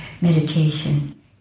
meditation